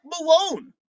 Malone